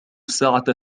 الساعة